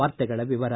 ವಾರ್ತೆಗಳ ವಿವರ